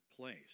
place